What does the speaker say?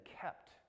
kept